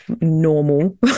normal